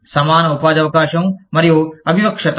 సమాన ఉపాధి అవకాశం మరియు అవివక్షత